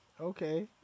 Okay